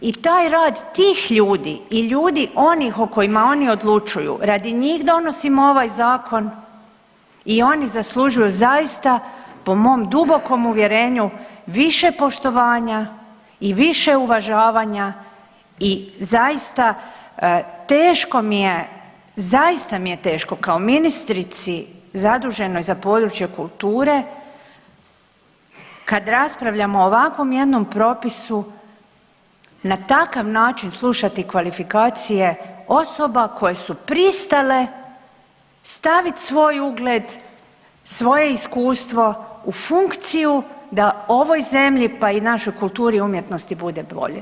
I taj rad tih ljudi i ljudi onih o kojima oni odlučuju radi njih donosimo ovaj zakon i oni zaslužuju zaista po mom dubokom uvjerenju više poštovanja i više uvažavanja i zaista teško mi je zaista mi je teško kao ministrici zaduženoj za područje kulture kad raspravljamo o ovakvom jednom propisu na takav način slušati kvalifikacije osoba koje su pristale stavit svoj ugled, svoje iskustvo u funkciju da ovoj zemlji pa i našoj kulturi i umjetnosti bude bolje.